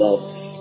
Loves